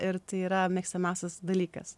ir tai yra mėgstamiausias dalykas